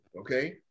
Okay